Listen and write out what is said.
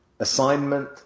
Assignment